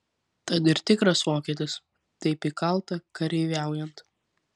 tad ir tikras vokietis taip įkalta kareiviaujant